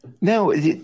No